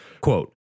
Quote